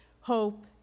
hope